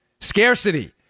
Scarcity